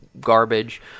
garbage